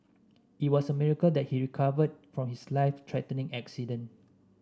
it was a miracle that he recovered from his life threatening accident